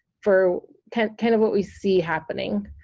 for kind of kind of what we see happening,